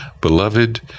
Beloved